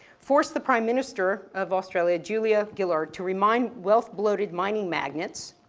force the prime minister of australia, julia gillard, to remind wealth bloated mining magnets,